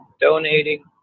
donating